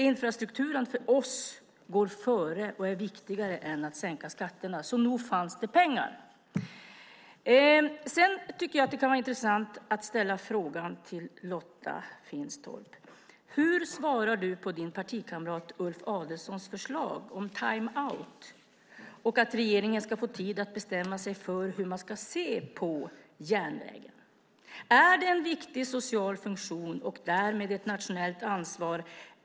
Infrastrukturen går före för oss och är viktigare än att sänka skatterna, så nog fanns det pengar. Det kan vara intressant att ställa frågan till Lotta Finstorp: Hur svarar du på din partikamrat Ulf Adelsohns förslag om timeout och att regeringen ska få tid att bestämma sig för hur man ska se på järnvägen? Är den en viktig social funktion och därmed ett nationalt ansvar?